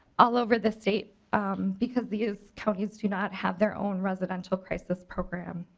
all over the state because these counties do not have their own residential crisis program.